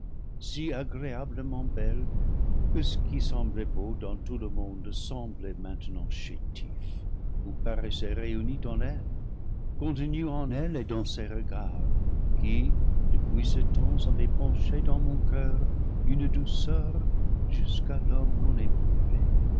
si agréablement belle que ce qui semblait beau dans tout le monde semblait maintenant chétif ou paraissait réuni en elle contenu en elle et dans ses regards qui depuis ce temps ont épanché dans mon coeur une douceur jusqu'alors non éprouvée